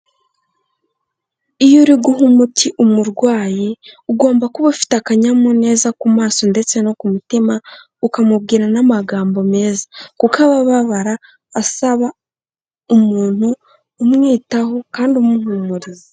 Iyo uri guha umuti umurwayi ugomba kuba ufite akanyamuneza ku maso ndetse no ku mutima ukamubwira n'amagambo meza, kuko aba ababara asaba umuntu umwitaho kandi umuhumuriza.